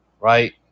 right